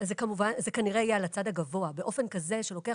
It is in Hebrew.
זה כנראה היה על הצד הגבוה באופן כזה שלוקח